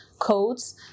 Codes